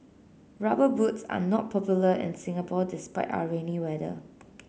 rubber boots are not popular in Singapore despite our rainy weather